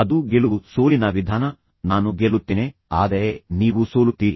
ಅದು ಗೆಲುವು ಸೋಲಿನ ವಿಧಾನ ನಾನು ಗೆಲ್ಲುತ್ತೇನೆ ಆದರೆ ನೀವು ಸೋಲುತ್ತೀರಿ